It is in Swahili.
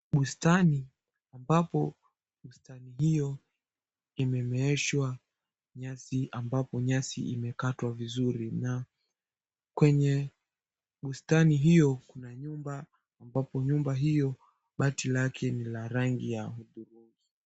Bustani, ambapo bustani hiyo imemeeshwa nyasi, ambapo nyasi imekatwa vizuri. Na kwenye bustani hiyo, kuna nyumba, ambapo nyumba hiyo bati lake ni la rangi ya hudhurungi.